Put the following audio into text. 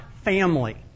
family